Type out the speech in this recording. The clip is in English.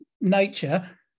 nature